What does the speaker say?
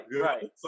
right